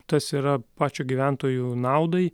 tas yra pačio gyventojų naudai